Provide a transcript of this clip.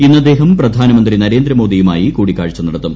ഇന്ന് അദ്ദേഹം പ്രധാനമന്ത്രി നരേന്ദ്രമോദിയുമായി കൂടിക്കാഴ്ച നടത്തും